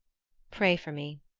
pray for me,